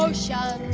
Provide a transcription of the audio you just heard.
um shot.